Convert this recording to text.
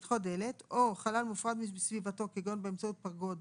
חלל מופרד מסביבתו כגון באמצעות פרגוד,